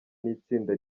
n’itsinda